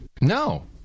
No